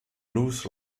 blues